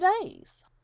days